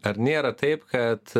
ar nėra taip kad